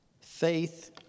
Faith